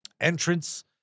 entrance